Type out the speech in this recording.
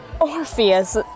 Orpheus